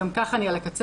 גם ככה אני על הקצה,